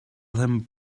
him